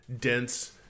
dense